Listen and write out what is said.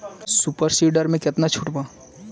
Super seeder मै कितना छुट बा?